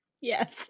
yes